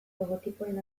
logotipoen